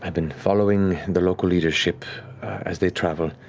and been following the local leadership as they travel,